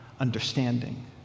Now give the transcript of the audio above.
understanding